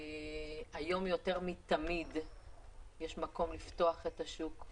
היום יותר תמיד יש מקום לפתוח את השוק,